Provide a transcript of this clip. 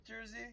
jersey